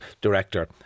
director